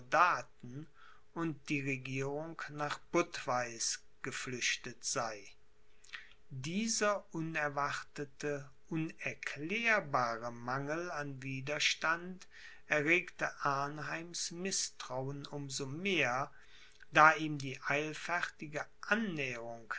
und die regierung nach budweiß geflüchtet sei dieser unerwartete unerklärbare mangel an widerstand erregte arnheims mißtrauen um so mehr da ihm die eilfertige